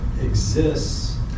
exists